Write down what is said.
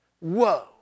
Whoa